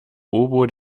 bobo